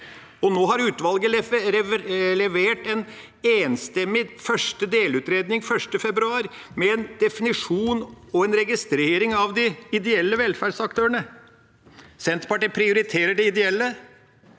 Kleppa. Utvalget leverte en enstemmig første delutredning 1. februar, med en definisjon og en registrering av de ideelle velferdsaktørene. Senterpartiet prioriterer de ideelle.